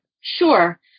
Sure